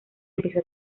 empezó